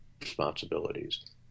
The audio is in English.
responsibilities